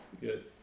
good